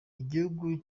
igihugu